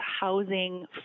housing